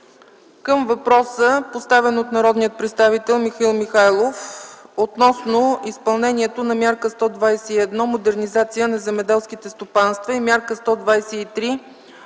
към въпроса, поставен от народния представител Михаил Михайлов относно изпълнението на Мярка 121 – „Модернизация на земеделските стопанства” и Мярка 123